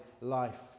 life